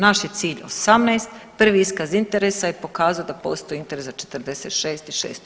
Naš je cilj 18, prvi iskaz interesa je pokazao da postoji interes za 46 i 600.